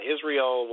Israel